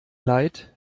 leid